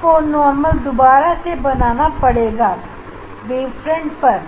आप हो नॉर्मल दोबारा से बनाना पड़ेगा वेवफ्रंट पर